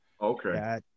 Okay